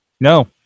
No